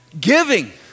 Giving